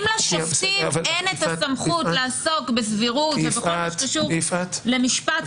אם לשופטים אין הסמכות לעסוק בסבירות ובכל מה שקשור למשפט,